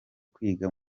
kwiga